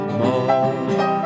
more